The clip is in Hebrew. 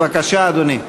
בבקשה, אדוני.